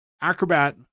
Acrobat